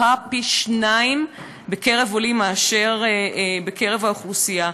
פי-שניים בקרב עולים מאשר בקרב האוכלוסייה.